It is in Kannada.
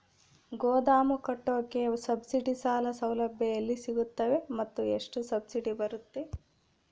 ಗೋದಾಮು ಕಟ್ಟೋಕೆ ಸಬ್ಸಿಡಿ ಸಾಲ ಸೌಲಭ್ಯ ಎಲ್ಲಿ ಸಿಗುತ್ತವೆ ಮತ್ತು ಎಷ್ಟು ಸಬ್ಸಿಡಿ ಬರುತ್ತೆ?